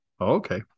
Okay